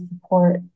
support